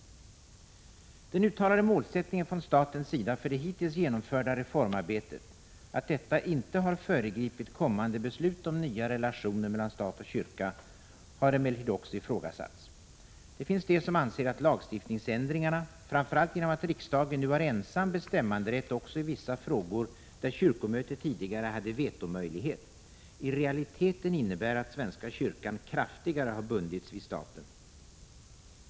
Den uttalade målsättningen från statens sida för det hittills genomförda reformarbetet, att detta inte har föregripit kommande beslut om nya relationer mellan stat och kyrka, har emellertid också ifrågasatts. Det finns de som som anser att lagstiftningsändringarna, framför allt genom att riksdagen nu har ensam bestämmanderätt också i vissa frågor där kyrkomötet tidigare hade vetomöjlighet, i realiteten innebär att svenska kyrkan kraftigare har bundits vid staten.